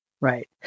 Right